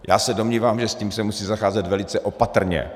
Já se domnívám, že s tím se musí zacházet velice opatrně.